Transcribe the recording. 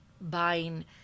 buying